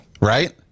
right